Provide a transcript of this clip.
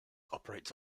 operates